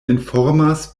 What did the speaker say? informas